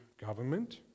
government